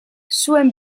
zuen